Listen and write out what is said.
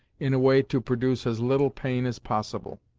in a way to produce as little pain as possible.